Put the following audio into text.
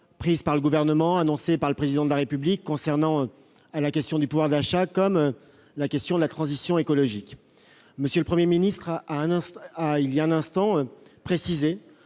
prises par le Gouvernement et annoncées par le Président de la République concernant la question du pouvoir d'achat et la question de la transition écologique. M. le Premier ministre a précisé